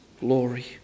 glory